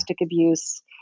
abuse